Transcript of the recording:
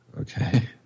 Okay